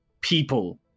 people